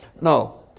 no